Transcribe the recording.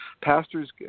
Pastors